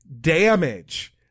damage